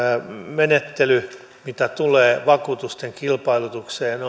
menettely mitä tulee vakuutusten kilpailutukseen